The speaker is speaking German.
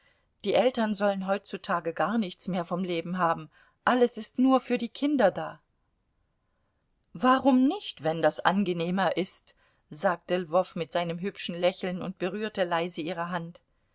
die eltern sollen heutzutage gar nichts mehr vom leben haben alles ist nur für die kinder da warum nicht wenn das angenehmer ist sagte lwow mit seinem hübschen lächeln und berührte leise ihre hand